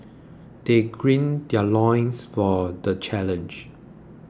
they gird their loins for the challenge